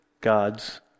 God's